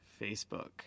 Facebook